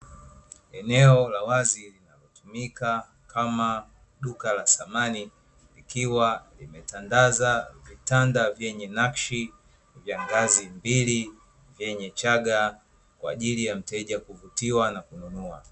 Eneo la wazi linalotumika kama duka la samani ikiwa limetandaza vitanda vyenye nakshi vya ngazi mbili vyenye chaga, kwa ajili ya mteja kuvutia na kununua.